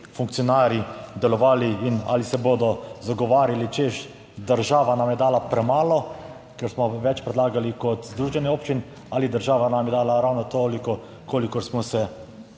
funkcionarji delovali in ali se bodo zagovarjali, češ, država nam je dala premalo, ker smo več predlagali kot združenje občin ali država, nam je dala ravno toliko, kolikor smo se